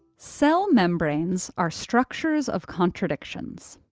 cell membranes are structures of contradictions.